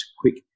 quick